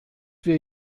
wir